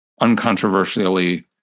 Uncontroversially